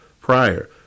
prior